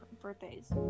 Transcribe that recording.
birthdays